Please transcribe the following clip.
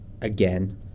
again